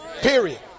Period